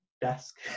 Desk